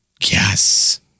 Yes